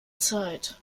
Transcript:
zeit